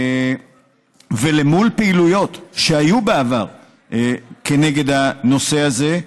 ומול פעילויות שהיו בעבר כנגד הנושא הזה,